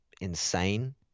insane